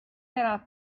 that